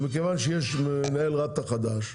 מכיוון שיש מנהל רת"א חדש,